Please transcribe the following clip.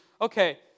okay